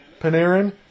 Panarin